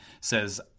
says